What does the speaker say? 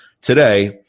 today